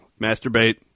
masturbate